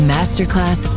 Masterclass